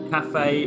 Cafe